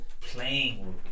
playing